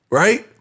right